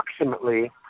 approximately